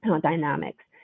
dynamics